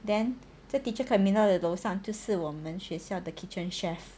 then 这 teacher camila 的楼上就是我们学校的 kitchen chef